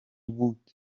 wood